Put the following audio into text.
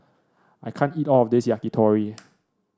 I can't eat all of this Yakitori